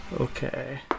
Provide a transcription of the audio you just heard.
Okay